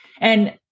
And-